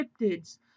cryptids